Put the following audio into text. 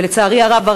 ולצערי הרב,